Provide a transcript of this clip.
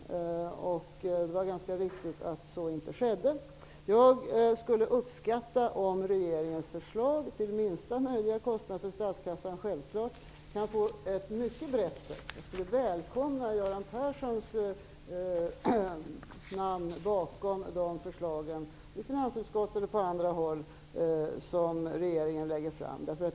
Det var ganska viktigt att så inte skedde. Jag skulle uppskatta om regeringens förslag -- till minsta möjliga kostnad för statskassan, självklart -- kunde få ett mycket brett stöd. Jag skulle välkomna Göran Perssons namn, i finansutskottet eller på andra håll, bakom de förslag som regeringen lägger fram.